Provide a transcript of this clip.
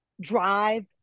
drive